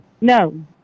No